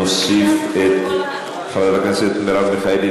נוסיף את חברת הכנסת מרב מיכאלי,